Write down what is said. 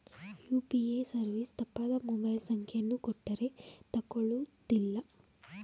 UPA service ತಪ್ಪಾದ mobile ಸಂಖ್ಯೆಯನ್ನು ಕೊಟ್ಟರೇ ತಕೊಳ್ಳುವುದಿಲ್ಲ